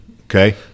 Okay